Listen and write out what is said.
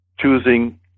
choosing